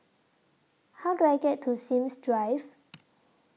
How Do I get to Sims Drive